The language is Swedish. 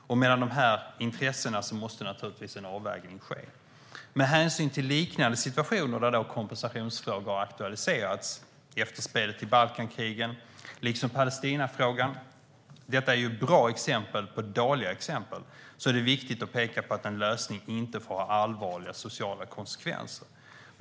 Mellan de intressena måste naturligtvis en avvägning ske. Med hänsyn till liknande frågor där kompensationsfrågor aktualiserats - efterspelet till Balkankrigen liksom Palestinafrågan, som är bra exempel på dåliga exempel - är det viktigt att peka på att en lösning inte får ha allvarliga sociala konsekvenser.